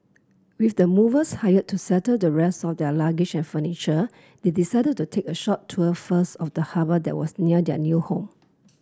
with the movers hired to settle the rest of their luggage and furniture they decided to take a short tour first of the harbour that was near their new home